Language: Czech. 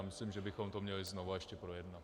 Myslím, že bychom to měli znova ještě projednat.